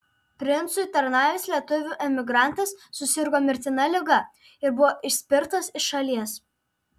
princui tarnavęs lietuvių emigrantas susirgo mirtina liga ir buvo išspirtas iš šalies